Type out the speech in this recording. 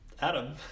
Adam